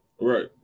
Right